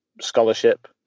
scholarship